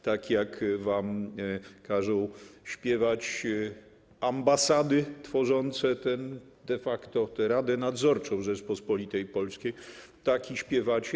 Tak jak wam każą śpiewać ambasady tworzące de facto te radę nadzorczą Rzeczypospolitej Polskiej, tak i śpiewacie.